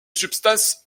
substances